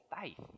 faith